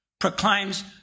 Proclaims